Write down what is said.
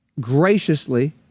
graciously